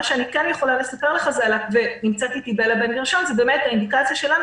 מה שאני כן יכולה לספר ונמצאת איתי בלה בן גרשון האינדיקציה שלנו